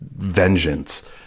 vengeance